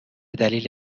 دلیل